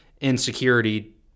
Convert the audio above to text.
insecurity